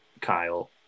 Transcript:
Kyle